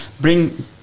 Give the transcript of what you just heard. Bring